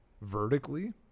vertically